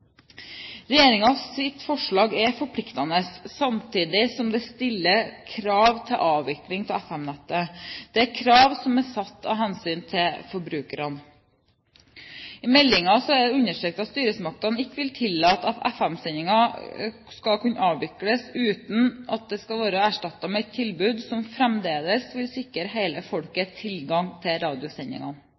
forslag er forpliktende, samtidig som det stiller krav til avvikling av FM-nettet. Det er krav som er satt av hensyn til forbrukerne. I nevnte melding ble det understreket at styresmaktene ikke vil tillate at FM-sendingen skal kunne avvikles uten at den erstattes med et tilbud som fortsatt vil sikre hele folket tilgang til radiosendingene.